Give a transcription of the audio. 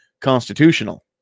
constitutional